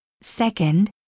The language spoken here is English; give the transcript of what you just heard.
Second